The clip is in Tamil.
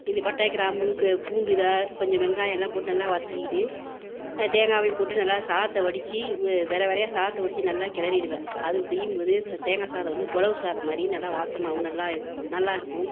இது பட்டை கிராம்பு பூண்டு இதா கொஞ்சம் வெங்காயம் எல்லாம் போட்டு நல்லா வதக்கிக்கிட்டு தேங்காவையும் போட்டு நல்லா சாதத்தை வடித்து வெரை வெரையாக சாதத்தை வடித்து நல்லா கிளறிடுவேன் அது செய்யும்போது தேங்காய் சாதம் வந்து புலவு சாதம் மாதிரி நல்லா வாசமாகவும் நல்லா நல்லா இருக்கும்